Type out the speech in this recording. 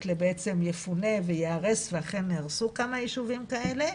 לבעצם יפונה וייהרס - ואכן נהרסו כמה יישובים כאלה,